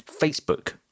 Facebook